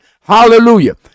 Hallelujah